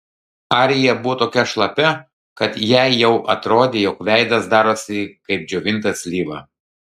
arija buvo tokia šlapia kad jai jau atrodė jog veidas darosi kaip džiovinta slyva